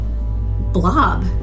blob